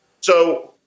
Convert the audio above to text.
So-